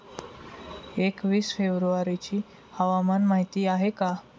एकवीस फेब्रुवारीची हवामान माहिती आहे का?